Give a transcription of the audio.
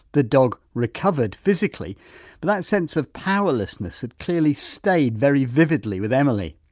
the dog recovered physically but that sense of powerlessness had clearly stayed very vividly with emily.